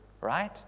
right